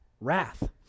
wrath